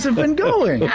so been going. yeah